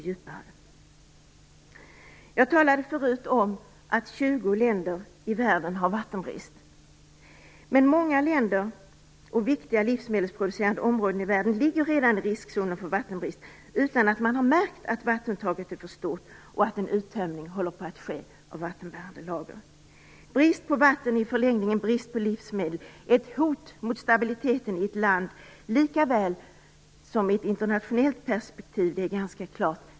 Jag talade förut om att 20 länder i världen har vattenbrist. Men många länder och viktiga livsmedelsproducerande områden i världen ligger redan i riskzonen för vattenbrist utan att man har märkt att vattenuttaget är för stort och att en uttömning håller på att ske av vattenbärande lager. Brist på vatten och i förlängningen brist på livsmedel är ett hot mot stabiliteten i ett land likaväl som i ett internationellt perspektiv. Det är ganska klart.